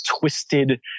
twisted